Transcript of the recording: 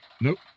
Nope